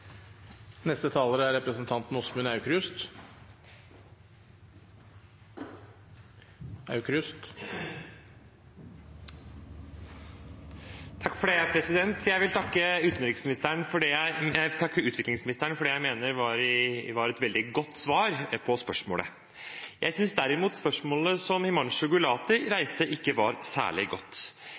Jeg vil takke utviklingsministeren for det jeg mener var et veldig godt svar på spørsmålet. Jeg synes derimot spørsmålet som Himanshu Gulati reiste, ikke var særlig godt.